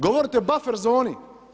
Govorite o buffer zoni.